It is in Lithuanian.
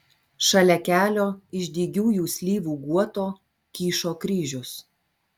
šalia kelio iš dygiųjų slyvų guoto kyšo kryžius